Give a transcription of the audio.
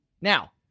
now